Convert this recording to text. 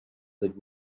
that